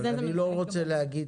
אבל אני לא רוצה להגיד,